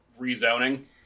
rezoning